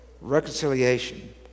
reconciliation